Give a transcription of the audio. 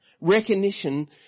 recognition